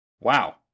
Wow